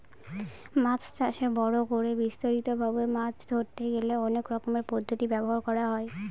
মাছ চাষে বড় করে বিস্তারিত ভাবে মাছ ধরতে গেলে অনেক রকমের পদ্ধতি ব্যবহার করা হয়